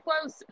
close